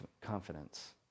confidence